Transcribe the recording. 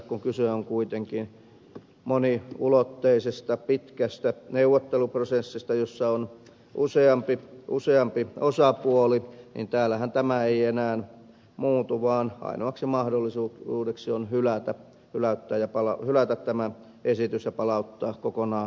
kun kyse on kuitenkin moniulotteisesta pitkästä neuvotteluprosessista jossa on useampi osapuoli niin täällähän tämä ei enää muutu vaan ainoaksi mahdollisuudeksi jää hylätä tämä esitys ja palauttaa se kokonaan uuteen valmisteluun